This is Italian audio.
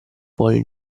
buoni